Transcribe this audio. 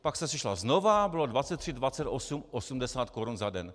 Pak se sešla znova, bylo 23, 28, 80 korun za den.